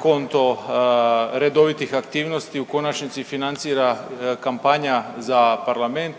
konto redovitih aktivnosti u konačnici financira kampanja za parlament